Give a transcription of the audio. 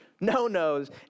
no-nos